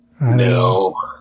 No